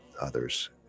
others